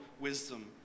wisdom